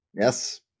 yes